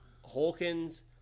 Hawkins